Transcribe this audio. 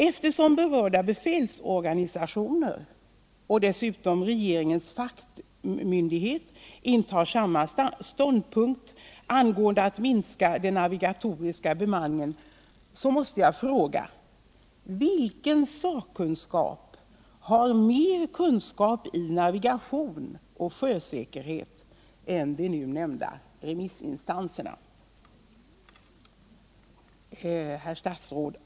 Eftersom berörda befälsorganisationer och dessutom regeringens fackmyndighet intar samma ståndpunkt i frågan om minskning av den navigatoriska bemanningen måste jag fråga: Vilken sakkunskap har större kännedom om navigation och sjösäkerhet än de nu nämnda remissinstanserna? Herr statsråd!